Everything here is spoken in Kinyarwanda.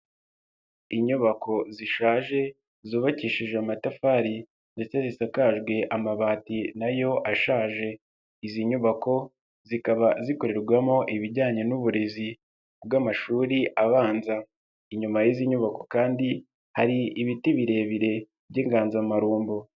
Inyubako zishaje zubakishije amatafari ndetse zisakajwe amabati na yo ashaje, izi nyubako zikaba zikorerwamo ibijyanye n'uburezi bw'amashuri abanza, inyuma y'izi nyubako kandi hari ibiti birebire by'inganzamarumbo.